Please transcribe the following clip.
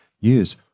use